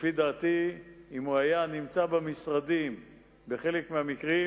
לפי דעתי אם הוא היה נמצא במשרדים בחלק מהמקרים,